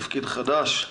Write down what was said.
תפקיד חדש,